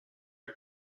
are